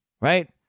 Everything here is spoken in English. right